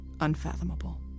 unfathomable